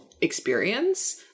experience